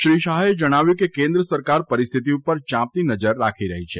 શ્રી શાહે જણાવ્યું હતું કે કેન્દ્ર સરકાર પરિસ્થિતિ ઉપર ચાંપતી નજર રાખી રહી છે